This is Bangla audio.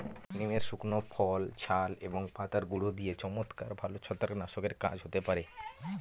নিমের শুকনো ফল, ছাল এবং পাতার গুঁড়ো দিয়ে চমৎকার ভালো ছত্রাকনাশকের কাজ হতে পারে